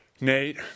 Nate